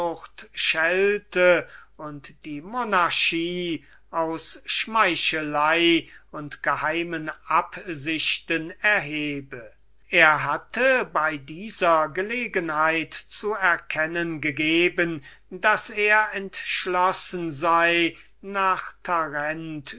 und die monarchie aus schmeichelei und geheimen absichten erhebe er hatte bei dieser gelegenheit zu erkennen gegeben daß er entschlossen sei nach